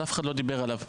שאף אחד לא דיבר עליו,